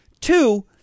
Two